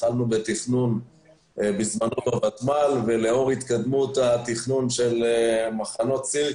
התחלנו בתכנון בזמנו בותמ"ל ולאור התקדמות התכנון של מחנות סירקין,